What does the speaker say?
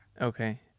Okay